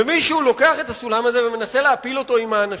ומישהו מנסה להפיל את הסולם הזה עם האנשים,